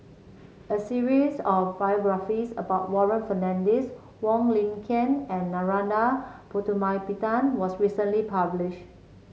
a series of biographies about Warren Fernandez Wong Lin Ken and Narana Putumaippittan was recently publish